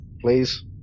Please